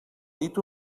dit